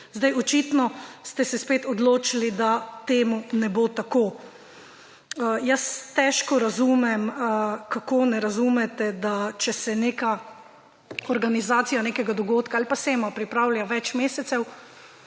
Zdaj očitno ste se spet odločili, da temu ne bo tako. Jaz težko razumem, kako ne razumete, da če se neka organizacija nekega dogodka ali pa sejma pripravlja več mesecev